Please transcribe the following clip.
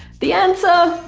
the answer,